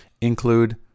include